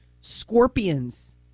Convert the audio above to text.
scorpions